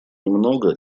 немного